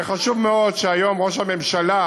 וחשוב מאוד שהיום ראש הממשלה,